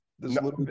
No